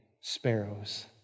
sparrows